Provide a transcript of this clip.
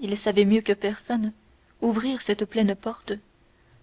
il savait mieux que personne ouvrir cette vieille porte